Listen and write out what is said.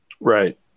Right